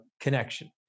connection